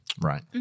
Right